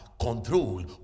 control